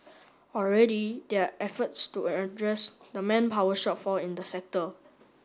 already there are efforts to address the manpower shortfall in the sector